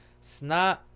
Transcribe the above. snot